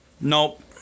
Nope